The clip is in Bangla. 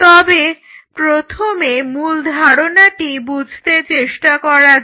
তবে প্রথমে মূল ধারণাটি বুঝতে চেষ্টা করা যাক